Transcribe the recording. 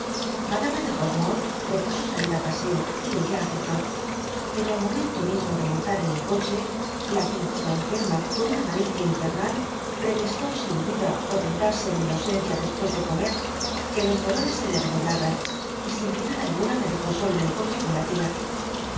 madama de rosanonde propuso alir ú paseo y ella aceptó pero al momento mimo de montar en el coche la fíngida enferma ocm vmsl mahcia infernal pretestó sin duda por vengarse de mi ausencia después de comer que los dolores se le redoblaban y sin piedad alguna me dejó solo en el coche con la tia